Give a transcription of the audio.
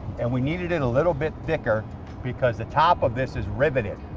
and we needed it a little bit thicker because the top of this is riveted.